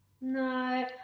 No